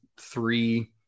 three